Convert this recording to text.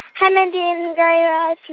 hi, mindy and guy raz.